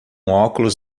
óculos